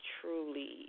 truly